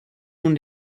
nun